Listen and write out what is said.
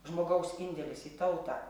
žmogaus indėlis į tautą